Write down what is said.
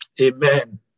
amen